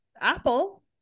apple